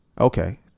okay